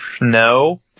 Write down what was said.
No